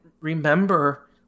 remember